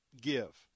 give